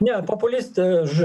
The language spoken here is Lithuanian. ne populist ž